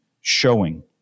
showing